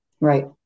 Right